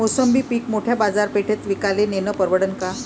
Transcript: मोसंबी पीक मोठ्या बाजारपेठेत विकाले नेनं परवडन का?